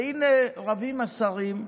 והינה רבים השרים,